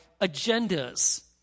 agendas